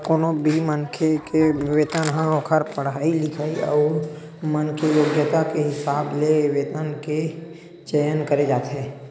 कोनो भी मनखे के वेतन ह ओखर पड़हाई लिखई अउ ओखर मन के योग्यता के हिसाब ले वेतन के चयन करे जाथे